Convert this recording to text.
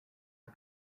are